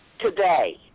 today